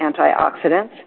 antioxidants